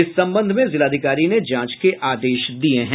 इस संबंध में जिलाधिकारी ने जांच के आदेश दिये हैं